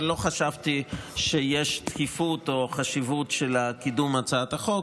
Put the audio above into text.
אבל לא חשבתי שיש דחיפות או חשיבות של קידום הצעת החוק,